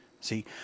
See